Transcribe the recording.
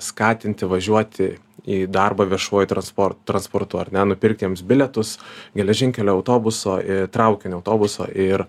skatinti važiuoti į darbą viešuoju transpor transportu ar ne nupirkti jiems bilietus geležinkelio autobuso traukinio autobuso ir